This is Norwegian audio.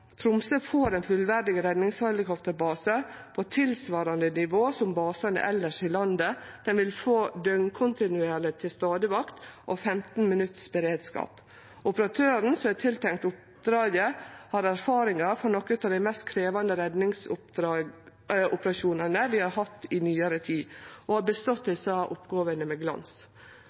Tromsø får ein fullverdig redningshelikopterbase på tilsvarande nivå som basane elles i landet. Han vil få døgnkontinuerleg til stades-vakt og 15 minutts beredskap. Operatøren som er tiltenkt oppdraget, har erfaring frå nokre av dei mest krevjande redningsoperasjonane vi har hatt i nyare tid, og har bestått oppgåvene med glans.